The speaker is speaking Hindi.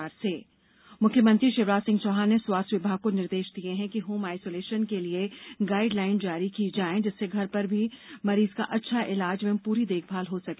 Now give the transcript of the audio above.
कोरोना प्रदेश मुख्यमंत्री शिवराज सिंह चौहान ने स्वास्थ्य विभाग को निर्देश दिए हैं कि होम आइसोलेशन के लिए गाइडलाइन जारी की जाएं जिससे घर पर भी मरीज का अच्छा इलाज एवं पूरी देखभाल हो सके